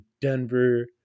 Denver